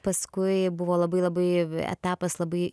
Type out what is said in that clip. paskui buvo labai labai etapas labai